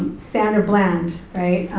sandra bland, right,